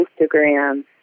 Instagram